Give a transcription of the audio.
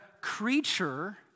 creature